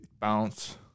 Bounce